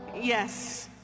Yes